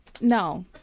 no